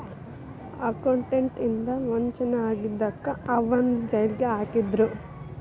accountant ಇಂದಾ ವಂಚನೆ ಆಗಿದಕ್ಕ ಅವನ್ನ್ ಜೈಲಿಗ್ ಹಾಕಿದ್ರು